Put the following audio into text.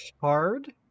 hard